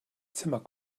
zimmer